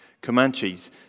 Comanches